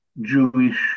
Jewish